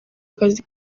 akazi